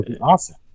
Awesome